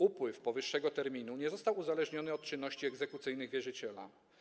Upływ powyższego terminu nie został uzależniony od czynności egzekucyjnych wierzyciela.